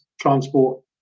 transport